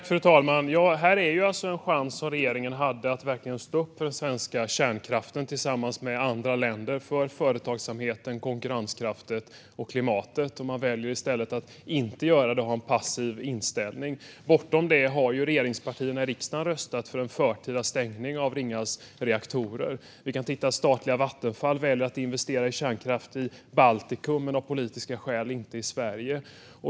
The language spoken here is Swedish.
Fru talman! Här hade alltså regeringen en chans att tillsammans med andra länder verkligen stå upp för den svenska kärnkraften och för företagsamheten, konkurrenskraften och klimatet. Man väljer i stället att inte göra det utan ha en passiv inställning. Bortom detta har regeringspartierna i riksdagen röstat för en förtida stängning av Ringhals reaktorer. Statliga Vattenfall väljer att investera i kärnkraft i Baltikum men av politiska skäl inte i Sverige.